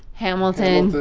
hamilton.